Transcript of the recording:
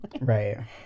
Right